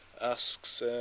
asks